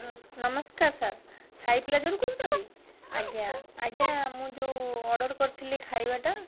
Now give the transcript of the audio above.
ନମସ୍କାର ସାର୍ ସାଇ ପ୍ଲାଜାରୁ କହୁଛନ୍ତି ଆଜ୍ଞା ଆଜ୍ଞା ମୁଁ ଯୋଉ ଅର୍ଡ଼ର୍ କରିଥିଲି ଖାଇବାଟା